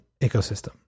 ecosystem